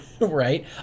right